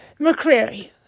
McCreary